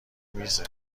میزه